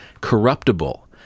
Corruptible